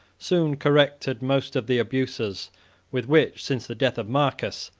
soon corrected most of the abuses with which, since the death of marcus,